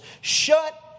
shut